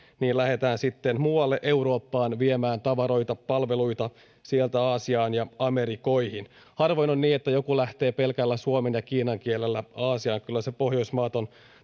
lähdetään sitten muualle eurooppaan viemään tavaroita palveluita sieltä aasiaan ja amerikoihin harvoin on niin että joku lähtee pelkällä suomen ja kiinan kielellä aasiaan kyllä pohjoismaat on